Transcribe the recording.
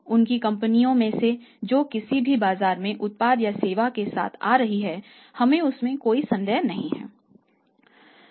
उनकी कंपनियों में से जो किसीभी बाजार में उत्पाद या सेवा के साथ आ रही हैं हमें इसमें कोई संदेह नहीं है